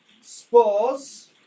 Spores